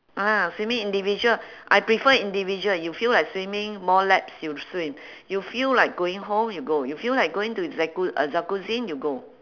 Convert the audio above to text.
ah swimming individual I prefer individual you feel like swimming more laps you swim you feel like going home you go you feel like going to jacu~ uh jacuzzi you go